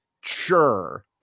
sure